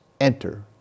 enter